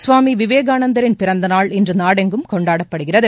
சுவாமி விவேகானந்தரின் பிறந்த நாள் இன்று நாடெங்கும் கொண்டாடப்படுகிறது